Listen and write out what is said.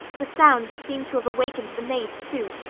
the sounds seemed to have awakened the maids, too,